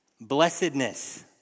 Blessedness